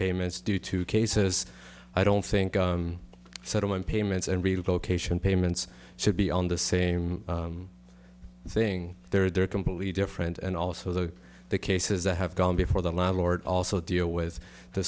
payments due to cases i don't think a settlement payments and relocation payments should be on the same thing there are completely different and also the cases that have gone before the landlord also deal with the